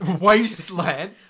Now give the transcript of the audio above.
Wasteland